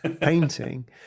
painting